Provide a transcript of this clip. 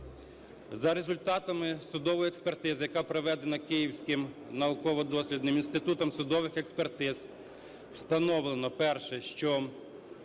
За результатами судової експертизи, яка проведена Київським науково-дослідним інститутом судових експертиз, встановлено: перше - що